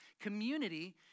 Community